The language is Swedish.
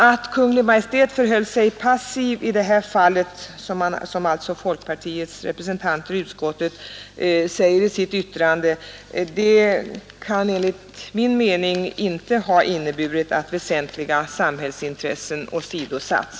Att Kungl. Maj:t förhöll sig passiv i det här fallet, som folkpartiets representanter i utskottet säger i sitt yttrande, kan enligt min mening inte ha inneburit att väsentliga samhällsintressen åsidosatts.